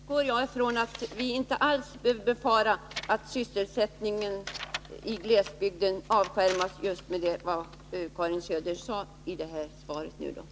Herr talman! Tack! Just med hänsyn till det som Karin Söder sade i detta svar utgår jag från att vi inte alls behöver befara att sysselsättningen i glesbygden avskärmas.